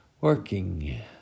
working